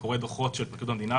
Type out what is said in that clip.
ביקשתי לראות נתונים אבל המקרים האלה,